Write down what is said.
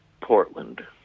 portland